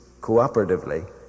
cooperatively